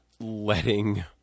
letting